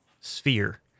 sphere